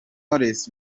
knowless